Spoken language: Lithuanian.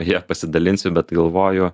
ja pasidalinsiu bet galvoju